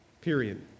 Period